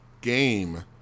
game